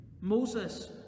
Moses